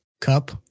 Cup